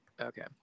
okay